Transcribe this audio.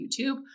YouTube